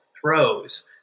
throws